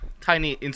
tiny